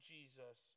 Jesus